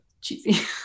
cheesy